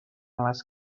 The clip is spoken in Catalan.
les